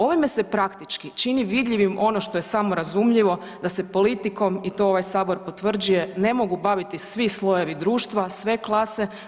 Ovime se praktički čini vidljivim ono što je samorazumljivo da se politikom i to ovaj Sabor potvrđuje ne mogu baviti svi slojevi društva, sve klase.